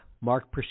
Mark